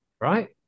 right